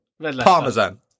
Parmesan